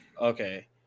Okay